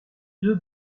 deux